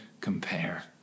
compare